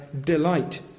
delight